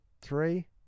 three